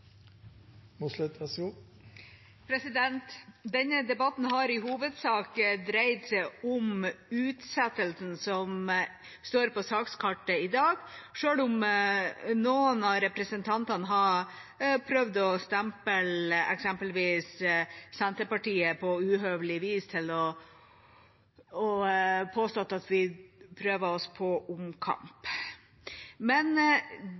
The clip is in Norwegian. Denne debatten har i hovedsak dreid seg om utsettelsen som står på sakskartet i dag, selv om noen av representantene har prøvd å stemple eksempelvis Senterpartiet på uhøvelig vis og påstått at vi prøver oss på omkamp.